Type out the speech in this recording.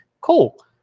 Cool